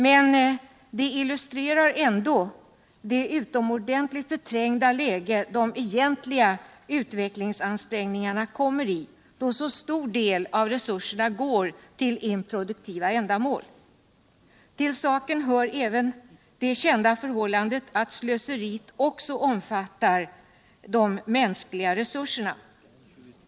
Men det illustrerar ändå det utomordentligt beträngda läge de egentliga utvecklingsansträngningarna kommer i då så stor del av resurserna går till improduktiva ändamål. Till saken hör det kända förhållandet att slöseriet även omfattar de mänskliga resurserna.